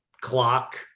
clock